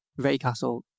Raycastle